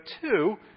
two